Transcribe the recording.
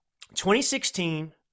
2016